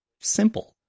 simple